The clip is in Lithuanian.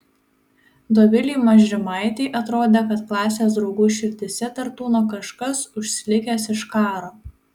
dovilei mažrimaitei atrodė kad klasės draugų širdyse dar tūno kažkas užsilikęs iš karo